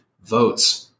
votes